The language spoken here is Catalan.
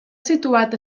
situat